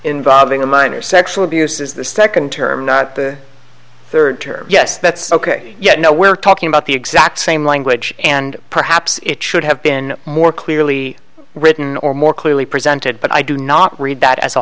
involving a minor sexual abuse is the second term not the third term yes that's ok yes no we're talking about the exact same language and perhaps it should have been more clearly written or more clearly presented but i do not read that as a